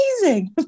amazing